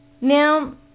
Now